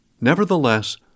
Nevertheless